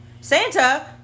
Santa